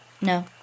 No